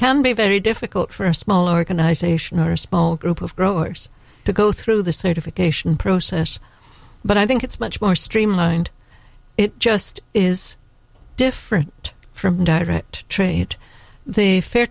can be very difficult for a small organization or small group of growers to go through the certification process but i think it's much more streamlined it just is different from direct trade the fair